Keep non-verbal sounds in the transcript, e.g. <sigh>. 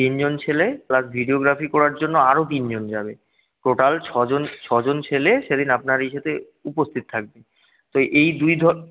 তিনজন ছেলে plus videography করার জন্য আরও তিনজন যাবে টোটাল ছজন ছজন ছেলে সেদিন আপনার ইসেতে উপস্থিত থাকবে তো এই দুই <unintelligible>